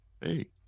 hey